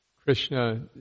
Krishna